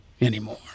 anymore